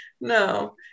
No